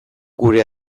gure